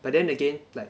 but then again like